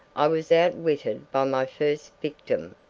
i was outwitted by my first victim,